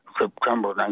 September